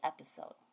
episode